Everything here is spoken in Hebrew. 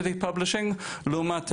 תודה רבה.